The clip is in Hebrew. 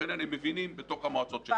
העניין הם מבינים בתוך המועצות שלהם.